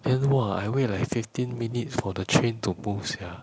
then !wah! I wait like fifteen minutes for the train to move sia